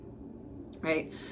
right